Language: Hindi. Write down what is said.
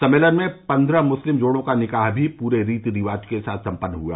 सम्मेलन में पंद्रह मुस्लिम जोड़ों का निकाह भी पूरे रीति रिवाज से संपन्न हुआ